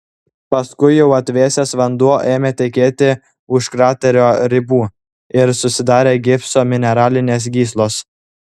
paskui jau atvėsęs vanduo ėmė tekėti už kraterio ribų ir susidarė gipso mineralinės gyslos